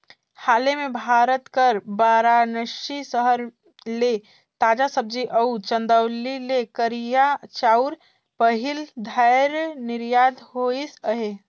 हाले में भारत कर बारानसी सहर ले ताजा सब्जी अउ चंदौली ले करिया चाँउर पहिल धाएर निरयात होइस अहे